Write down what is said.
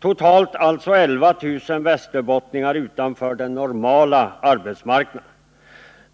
totalt alltså ca 11 000 västerbottningar utanför den normala arbetsmarknaden.